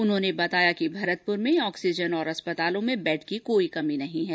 उन्होंने बताया कि भरतपुर में ऑक्सीजन और अस्पतालों में बैड की कोई कमी नहीं है